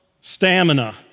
stamina